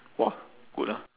!wah! good ah